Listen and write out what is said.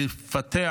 לפתח